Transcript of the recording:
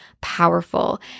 powerful